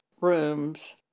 rooms